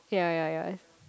ya ya ya